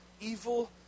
Evil